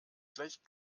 gleich